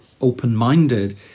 open-minded